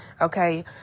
okay